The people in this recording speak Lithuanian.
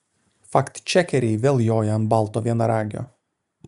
faktčekeriai vėl joja ant balto vienaragio